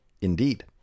Indeed